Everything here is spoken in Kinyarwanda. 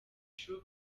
true